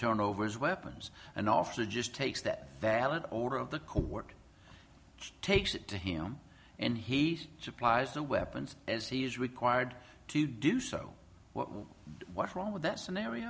turn over his weapons and after just takes that valid order of the court takes it to him and he supplies the weapons as he is required to do so what's wrong with that scenario